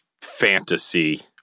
fantasy